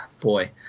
boy